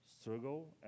struggle